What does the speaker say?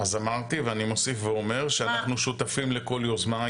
אז אמרתי ואני מוסיף ואומר שאנחנו שותפים לכל יוזמה,